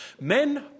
Men